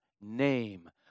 name